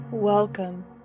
Welcome